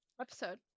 Episode